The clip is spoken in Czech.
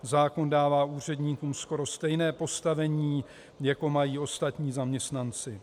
Zákon dává úředníkům skoro stejné postavení, jako mají ostatní zaměstnanci.